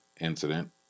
Incident